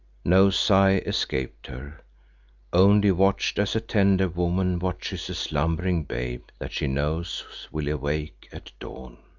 no sigh escaped her only watched as a tender woman watches a slumbering babe that she knows will awake at dawn.